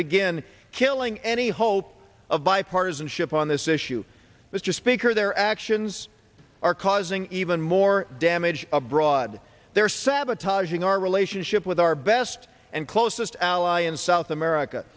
begin killing any hope of bipartisanship on this issue mr speaker their actions are causing even more damage abroad they're sabotaging our relationship with our best and closest ally in south america